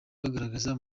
agaragaza